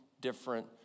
different